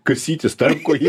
kasytis tarpkojį